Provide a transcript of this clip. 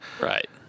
Right